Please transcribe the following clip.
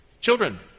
children